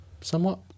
somewhat